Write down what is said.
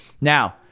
Now